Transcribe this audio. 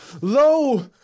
Lo